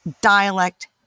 dialect